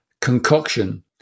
concoction